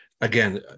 again